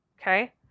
Okay